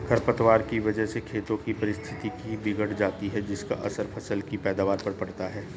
खरपतवार की वजह से खेतों की पारिस्थितिकी बिगड़ जाती है जिसका असर फसल की पैदावार पर पड़ता है